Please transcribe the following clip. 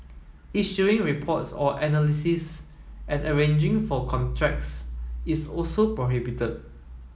issuing reports or analysis and arranging for contracts is also prohibited